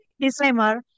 disclaimer